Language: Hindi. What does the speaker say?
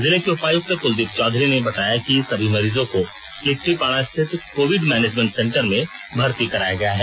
जिले के उपायक्त कुलदीप चौधरी ने बताया कि सभी मरीजों को लिट्टीपाड़ा स्थित कोविड मैनेजमेंट सेंटर में भर्ती कराया गया है